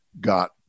got